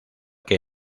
que